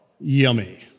yummy